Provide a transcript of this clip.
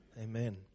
Amen